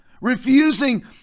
Refusing